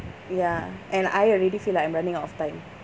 ya and I already feel like I'm running out of time